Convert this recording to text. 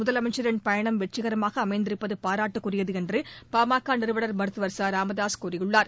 முதலமைச்சின் பயணம் வெற்றிகரமாக அமைந்திருப்பது பாராட்டுக்குரியது என்று பாமக நிறுவனா மருத்துவர் ச ராமதாசு கூறியுள்ளார்